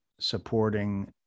supporting